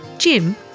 Jim